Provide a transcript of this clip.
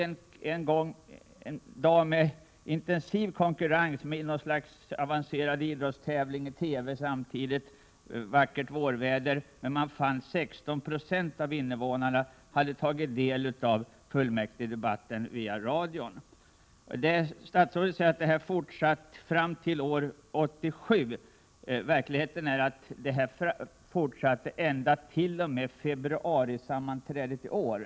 En kväll med intensiv konkurrens från en populär TV-utsänd idrottstävling och med ett vackert vårväder företogs en mätning som visade att 16 76 av invånarna hade föredragit fullmäktigedebatten via radio. Statsrådet sade att utsändningarna hade fortsatt fram till år 1987. I verkligheten fortsatte de ända fram t.o.m. februarisammanträdet i år.